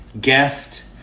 guest